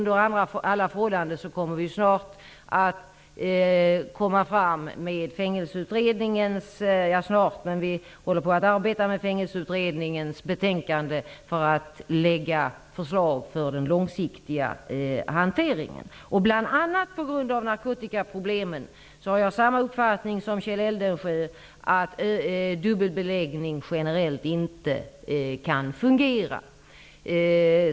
Vi håller på att arbeta med Fängelseutredningens betänkande för att lägga fram förslag till den långsiktiga hanteringen. Bl.a. på grund av narkotikaproblemen har jag samma uppfattning som Kjell Eldensjö, att dubbelbeläggning generellt inte kan fungera.